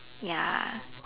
ya